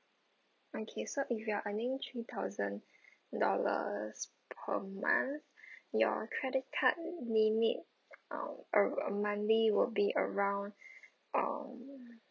okay so if you are earning three thousand dollars per month your credit card limit um err monthly will be around um